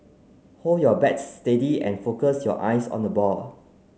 hold your bat steady and focus your eyes on the ball